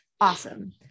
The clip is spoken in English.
awesome